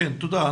תודה.